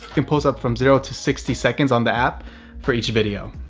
can post up from zero to sixty seconds on the app for each video.